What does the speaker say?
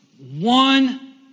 one